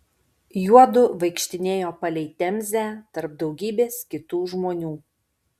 juodu vaikštinėjo palei temzę tarp daugybės kitų žmonių